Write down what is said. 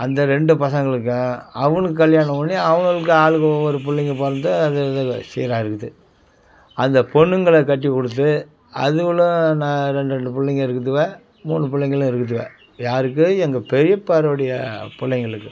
அந்த ரெண்டு பசங்களுக்கும் அவனுக்கு கல்யாணம் பண்ணி அவுனுங்களுக்கு ஆளுக்கு ஒவ்வொரு பிள்ளைங்க பிறந்து அது இது சீராக இருக்குது அந்த பொண்ணுங்களை கட்டிக் கொடுத்து அதுகளும் ரெண்டு ரெண்டு பிள்ளைங்க இருக்குது மூணு பிள்ளைங்களும் இருக்குது யாருக்கு எங்கள் பெரியாப்பாவுடைய பிள்ளைங்களுக்கு